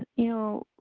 ah you